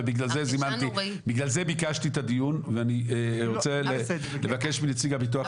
ובגלל זה ביקשתי את הדיון ואני רוצה לבקש מנציג הביטוח הלאומי להתייחס.